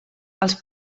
els